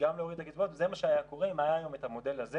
וגם להוריד את הקצבאות וזה מה שהיה קורה אם היה היום את המודל הזה